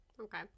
okay